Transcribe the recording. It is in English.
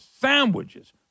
sandwiches